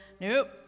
nope